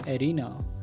arena